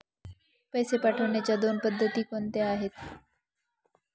पैसे पाठवण्याच्या दोन पद्धती कोणत्या आहेत?